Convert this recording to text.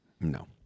No